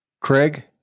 Craig